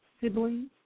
siblings